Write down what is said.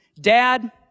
dad